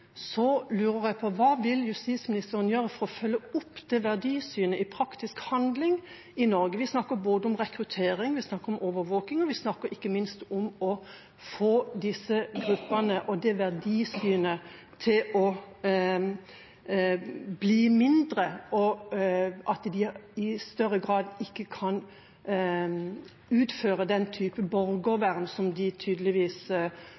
så tydelig som han har gjort om det verdisynet, lurer jeg på: Hva vil justisministeren gjøre for å følge opp det verdisynet i praktisk handling i Norge? Vi snakker om rekruttering, vi snakker om overvåking, og vi snakker ikke minst om å få disse gruppene og det verdisynet til å bli mindre, og at de i større grad ikke kan utføre den